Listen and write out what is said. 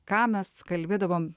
ką mes kalbėdavom